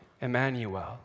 Emmanuel